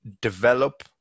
develop